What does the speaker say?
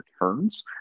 returns